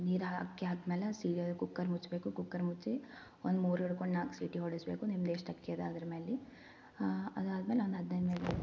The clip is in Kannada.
ನೀರು ಹಾಕಿ ಆದ್ಮೇಲೆ ಸೀ ಕುಕ್ಕರ್ ಮುಚ್ಬೇಕು ಕುಕ್ಕರ್ ಮುಚ್ಚಿ ಒಂದು ಮೂರಿಡ್ಕೊಂಡು ನಾಲ್ಕು ಸೀಟಿ ಹೊಡೆಸ್ಬೇಕು ನಿಮ್ದು ಎಷ್ಟು ಅಕ್ಕಿ ಅದ ಅದ್ರಮೇಲೆ ಅದಾದ್ಮೇಲೆ ಒಂದು ಹದಿನೈದು